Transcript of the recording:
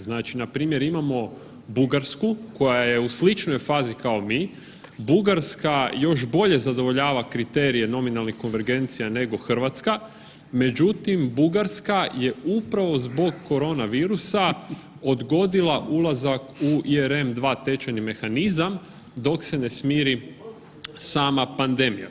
Znači, npr. imamo Bugarsku koja je u sličnoj fazi kao mi, Bugarska još bolje zadovoljava kriterije nominalnih konvergecija nego Hrvatska, međutim Bugarska je upravo zbog korona virusa odgodila ulazak u ERM II tečajni mehanizam dok se na smiri sama pandemija.